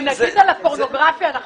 בפורנוגרפיה,